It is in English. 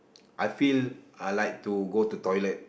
I feel I like to go to toilet